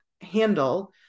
handle